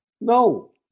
No